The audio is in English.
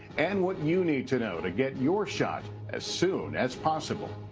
and what you need to know to get your shot as soon as possible.